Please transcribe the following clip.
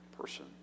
person